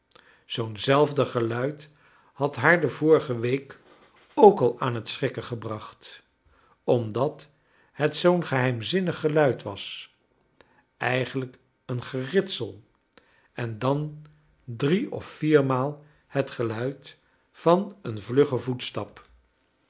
zoo'n zelfde geluid had haar de vorige week ook al aan het schrikken gebrachtj omdat het zoo'n geheimzinnig geluid was eigenlijk een geritsel en dan drie of vier maal het geluid van een vluggen voetstap